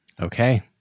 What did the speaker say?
Okay